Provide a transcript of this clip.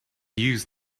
use